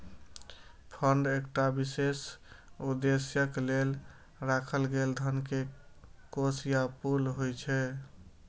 fund एकटा विशेष उद्देश्यक लेल राखल गेल धन के कोष या पुल होइ छै